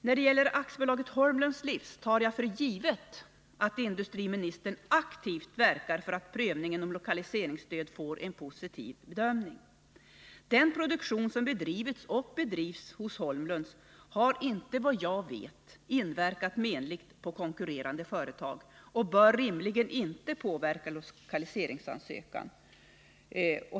När det gäller AB Holmlunds Livsmedel tar jag för givet att industriministern aktivt verkar för att prövningen om lokaliseringsstöd får en positiv bedömning. Den produktion som bedrivits och som bedrivs vid Holmlunds har, såvitt jag vet, inte inverkat menligt på konkurrerande företag och bör rimligen inte påverka lokaliseringsansökan.